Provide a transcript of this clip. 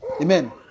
Amen